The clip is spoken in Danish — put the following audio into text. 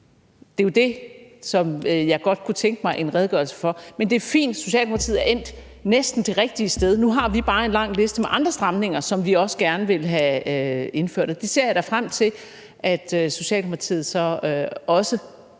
det er det, jeg godt kunne tænke mig en redegørelse for. Men det er fint, at Socialdemokratiet er endt næsten det rigtige sted. Nu har vi bare en lang liste med andre stramninger, som vi også gerne vil have indført, og jeg ser da frem til, at Socialdemokratiet også